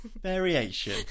Variation